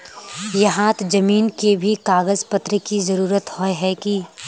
यहात जमीन के भी कागज पत्र की जरूरत होय है की?